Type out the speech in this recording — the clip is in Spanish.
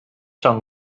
son